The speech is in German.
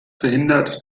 verhindert